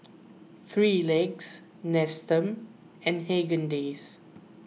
three Legs Nestum and Haagen Dazs